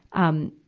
um,